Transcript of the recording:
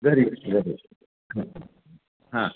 घरी घरी हां